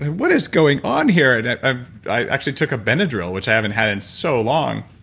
what is going on here? and i ah i actually took a benadryl which i haven't had in so long.